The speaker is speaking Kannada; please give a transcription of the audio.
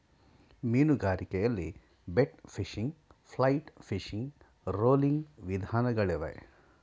ಮೀನುಗಾರಿಕೆಯಲ್ಲಿ bait fishing, flight fishing, rolling ವಿಧಾನಗಳಿಗವೆ